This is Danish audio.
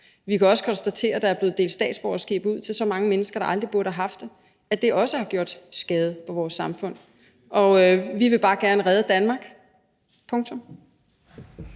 Vi kan også konstatere, at der er blevet delt statsborgerskaber ud til så mange mennesker, der aldrig burde have haft det, at det også har gjort skade på vores samfund. Og vi vil bare gerne redde Danmark, punktum.